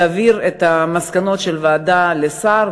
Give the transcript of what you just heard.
יעביר את המסקנות של הוועדה לשר,